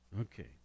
Okay